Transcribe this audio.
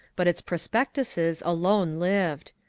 but its prospectuses alone lived.